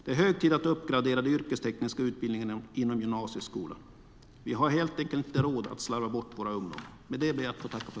Det är hög tid att uppgradera de yrkestekniska utbildningarna inom gymnasieskolan. Vi har helt enkelt inte råd att slarva bort våra ungdomar.